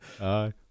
aye